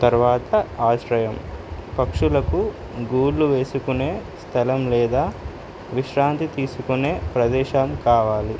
తర్వాత ఆశ్రయం పక్షులకు గూళ్ళు వేసుకునే స్థలం లేదా విశ్రాంతి తీసుకునే ప్రదేశం కావాలి